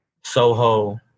Soho